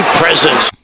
presence